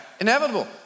inevitable